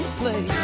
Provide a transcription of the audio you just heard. play